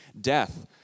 Death